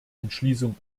entschließung